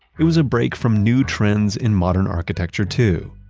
it was a break from new trends in modern architecture too.